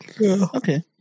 Okay